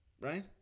right